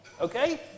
Okay